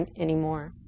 anymore